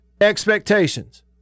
Expectations